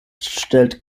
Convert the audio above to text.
stellt